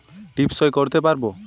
টিপ সই করতে পারবো?